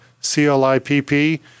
C-L-I-P-P